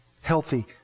healthy